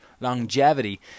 Longevity